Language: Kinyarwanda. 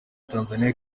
tanzania